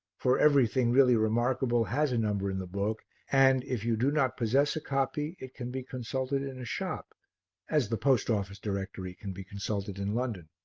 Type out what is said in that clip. for everything really remarkable has a number in the book and, if you do not possess a copy, it can be consulted in a shop as the post office directory can be consulted in london.